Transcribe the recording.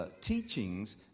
teachings